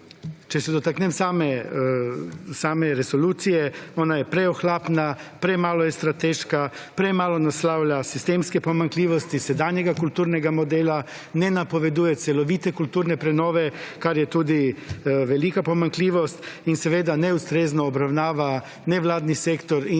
Če se dotaknem same resolucije, ona je preohlapna, premalo je strateška, premalo naslavlja sistemske pomanjkljivosti sedanjega kulturnega modela, ne napoveduje celovite kulturne prenove, kar je tudi velika pomanjkljivost in seveda neustrezno obravnava nevladni sektor in